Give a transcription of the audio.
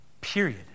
period